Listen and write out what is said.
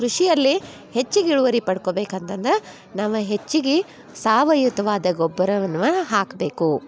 ಕೃಷಿಯಲ್ಲಿ ಹೆಚ್ಚಿಗೆ ಇಳುವರಿ ಪಡ್ಕೊಬೇಕು ಅಂತಂದ್ರೆ ನಮ್ಮ ಹೆಚ್ಚಿಗೆ ಸಾವಯುತವಾದ ಗೊಬ್ಬರವನ್ನ ಹಾಕಬೇಕು